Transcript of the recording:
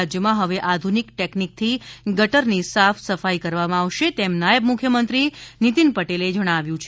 રાજ્યમાં હવે આધુનિક ટેકનીકથી ગટરની સાફસફાઇ કરવામાં આવશે તેમ નાયબ મુખ્યમંત્રી નીતિન પટેલે જણાવ્યું છે